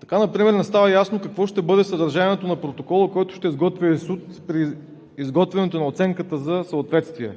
Така например не става ясно какво ще бъде съдържанието на протокола, който ще изготви ИСУТ при изготвянето на оценката за съответствие.